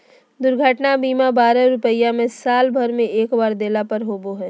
दुर्घटना बीमा बारह रुपया में साल भर में एक बार देला पर होबो हइ